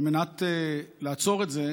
על מנת לעצור את זה,